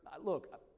look